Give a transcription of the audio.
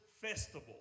festival